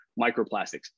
microplastics